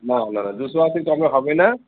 না না না দুশো আশির কমে হবে না